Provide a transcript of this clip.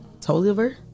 Toliver